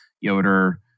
Yoder